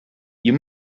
you